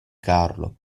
carlo